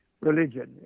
religion